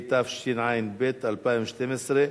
התשע"ב 2012,